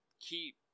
keep